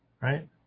Right